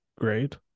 great